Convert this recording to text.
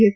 S